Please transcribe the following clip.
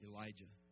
Elijah